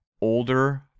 older